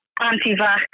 anti-vax